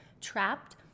trapped